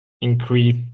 increase